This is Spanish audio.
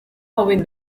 joven